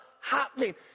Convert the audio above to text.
happening